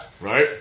Right